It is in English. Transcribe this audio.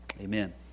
amen